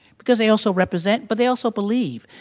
because they also represent, but they also believe.